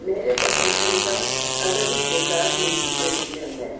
میرے پسندیدہ ادبی کردار منشی پریم چند ہیں